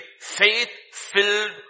faith-filled